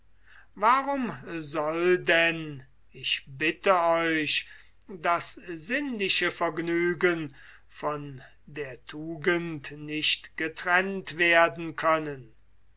warum soll denn ich bitte euch das sinnliche vergnügen von der tugend nicht getrennt werden können